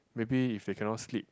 maybe if they cannot sleep